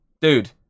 Dude